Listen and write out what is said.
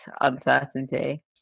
uncertainty